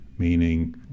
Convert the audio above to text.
meaning